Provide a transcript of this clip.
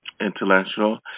intellectual